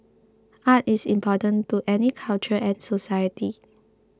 art is important to any culture and society